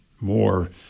more